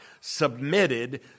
submitted